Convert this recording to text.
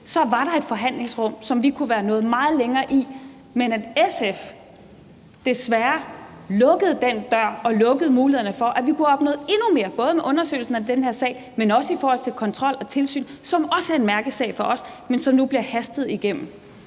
var et forhandlingsrum, som vi kunne være nået meget længere i, men at SF desværre lukkede den dør og lukkede mulighederne for, at vi kunne have opnået endnu mere, både med undersøgelsen af den her sag, men også i forhold til kontrol og tilsyn, som også er en mærkesag for os, men som nu bliver hastet igennem?